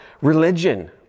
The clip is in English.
religion